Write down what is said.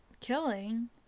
killing